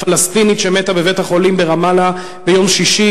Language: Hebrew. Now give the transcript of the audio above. הפלסטינית שמתה בבית-החולים ברמאללה ביום שישי